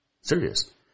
Serious